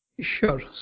Sure